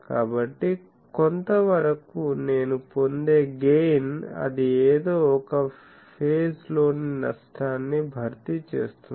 కాబట్టి కొంతవరకు నేను పొందే గెయిన్ అది ఏదో ఒక ఫేజ్లోని నష్టాన్ని భర్తీ చేస్తుంది